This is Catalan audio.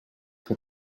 que